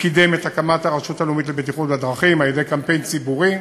קידם את הקמת הרשות הלאומית לבטיחות בדרכים על-ידי קמפיין ציבורי.